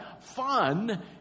Fun